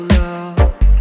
love